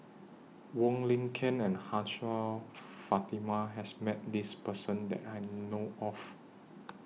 Wong Lin Ken and Hajjah Fatimah has Met This Person that I know of